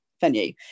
venue